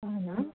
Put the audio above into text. అవునా